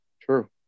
True